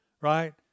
right